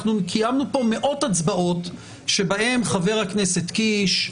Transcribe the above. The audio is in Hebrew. קיימנו מאות הצבעות שבהם חבר הכנסת קיש,